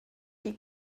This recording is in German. die